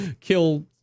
kill